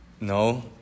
No